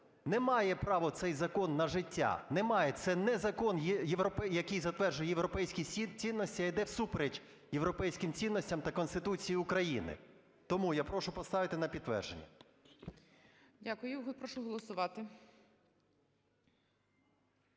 Не має права цей закон на життя, не має. Це не закон, який затверджує європейські цінності, а йде всупереч європейським цінностям та Конституції України. Тому я прошу поставити на підтвердження. ГОЛОВУЮЧИЙ. Дякую. Прошу голосувати.